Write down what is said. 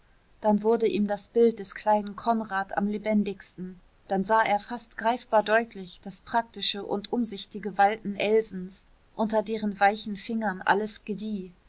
dann wurde ihm das bild des kleinen konrad am lebendigsten dann sah er fast greifbar deutlich das praktische und umsichtige walten elsens unter deren weichen fingern alles gedieh